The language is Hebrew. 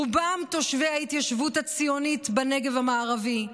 רובם תושבי ההתיישבות הציונית בנגב המערבי,